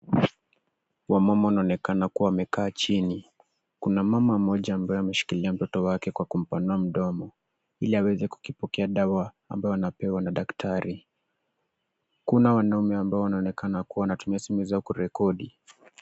Wamama wanaonekana kuwa wamekaa chini. Kuna mama mmoja ambaye ameshikilia mtoto wake kwa kumpanua mdomo, ili aweze kukipokea dawa ambayo anapewa na daktari. Kuna wanaume ambao wanaonekana kuwa wanatumia simu zao kurekodi.